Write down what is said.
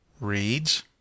reads